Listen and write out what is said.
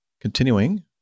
Continuing